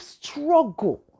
struggle